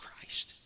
Christ